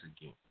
again